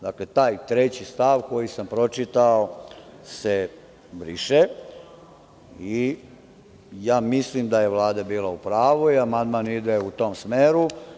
Dakle, taj treći stav koji sam pročitao se briše i ja mislim da je Vlada bila u pravu i amandman ide u tom smeru.